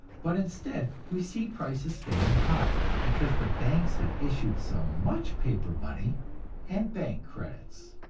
but instead we see prices staying high because the banks have issued so much paper money and bank credits.